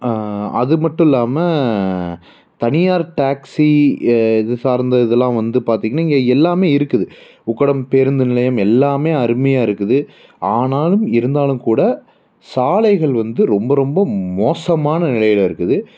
அது மட்டும் இல்லாமல் தனியார் டேக்ஸி இது சார்ந்த இதுலாம் வந்து பார்த்தீங்கன்னா இங்கே எல்லாமே இருக்குது உக்கடம் பேருந்து நிலையம் எல்லாமே அருமையாக இருக்குது ஆனாலும் இருந்தாலும் கூட சாலைகள் வந்து ரொம்ப ரொம்ப மோசமான நிலையில் இருக்குது